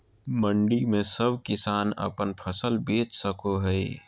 मंडी में सब किसान अपन फसल बेच सको है?